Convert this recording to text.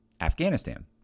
Afghanistan